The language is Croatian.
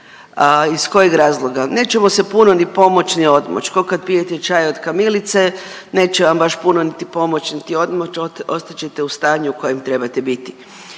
iz koga razloga? Nećemo se puno pomoć ni odmoć', k'o kad pijete čaj od kamilice, neće vam baš puno niti pomoć niti odmoći, ostat ćete u stanju u kojem trebate biti.